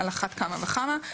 על אחת כמה וכמה.